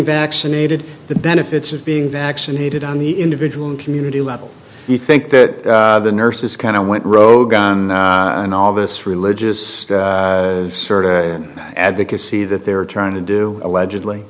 vaccinated the benefits of being vaccinated on the individual and community level you think that the nurses kind of went rogue and all this religious sort of advocacy that they were trying to do allegedly